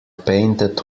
painted